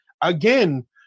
again